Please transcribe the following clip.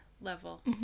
level